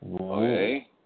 Okay